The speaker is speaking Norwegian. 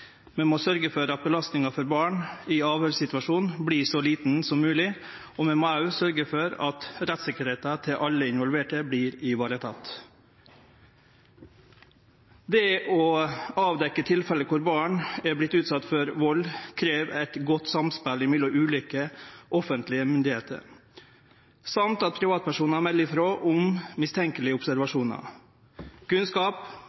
for at belastninga for barn i avhøyrssituasjonen vert så lita som mogleg, og vi må òg sørgje for at rettssikkerheita til alle dei involverte vert vareteken. Det å avdekkje tilfelle der barn er vortne utsette for vald, krev eit godt samspel mellom ulike offentlege myndigheiter og at privatpersonar melder frå om mistenkjelege observasjonar. Kunnskap,